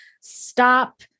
stop